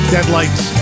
Deadlights